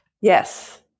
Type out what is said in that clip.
Yes